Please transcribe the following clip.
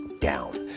down